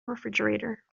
refrigerator